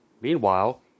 Meanwhile